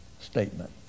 statement